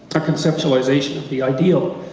a conceptualization of the ideal,